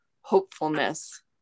hopefulness